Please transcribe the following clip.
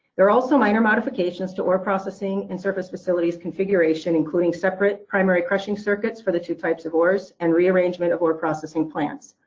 there are also minor modifications to ore processing and surface facilities configuration, including separate primary crushing circuits for the two types of ores and rearrangement of ore processing plants.